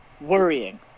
worrying